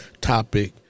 topic